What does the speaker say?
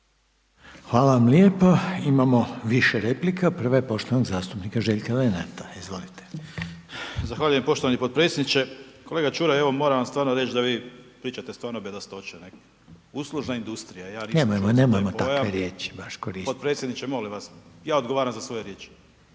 Hvala vam lijepo. Imamo više replika. Prva je poštovanog zastupnika Željka Lenarta. Izvolite. **Lenart, Željko (HSS)** Zahvaljujem poštovani potpredsjedniče. Kolega Čuraj evo moram vam stvarno reći da vi pričate stvarno bedastoće nekada. Uslužna industrija, ja nisam čuo za taj pojam. … /Upadica Reiner: Nemojmo, nemojmo takve riječi baš koristiti./… Potpredsjedniče molim vas, ja odgovaram za svoje riječi.